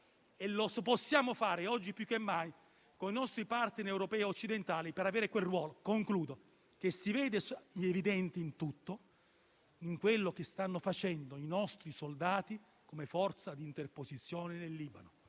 Lo possiamo fare oggi più che mai con i nostri *partner* europei e occidentali per avere quel ruolo che è evidente in ciò che stanno facendo i nostri soldati come forza di interposizione nel Libano.